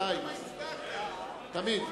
תמיד.